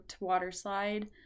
waterslide